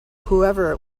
whoever